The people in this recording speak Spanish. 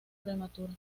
prematura